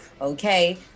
Okay